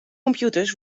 computers